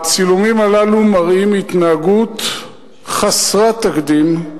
הצילומים הללו מראים התנהגות חסרת תקדים,